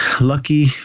lucky